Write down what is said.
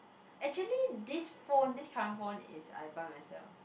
actually this phone this tram phone is I buy myself